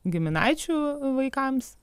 giminaičių vaikams